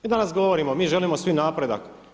Mi danas govorimo, mi želimo svi napredak.